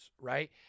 right